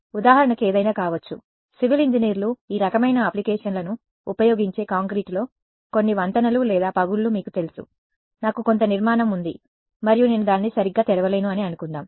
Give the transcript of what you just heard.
ఉదాహరణకు ఏదైనా కావచ్చు సివిల్ ఇంజనీర్లు ఈ రకమైన అప్లికేషన్లను ఉపయోగించే కాంక్రీటులో కొన్ని వంతెనలు లేదా పగుళ్లు మీకు తెలుసు నాకు కొంత నిర్మాణం ఉంది మరియు నేను దానిని సరిగ్గా తెరవలేను అని అనుకుందాం